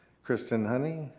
kristen honey.